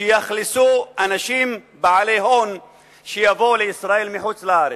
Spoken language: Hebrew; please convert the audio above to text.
שיאכלסו אנשים בעלי הון שיבואו לישראל מחוץ-לארץ,